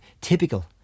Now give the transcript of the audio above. typical